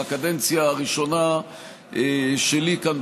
בקדנציה הראשונה שלי כאן,